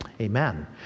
Amen